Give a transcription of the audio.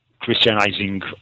Christianizing